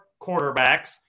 quarterbacks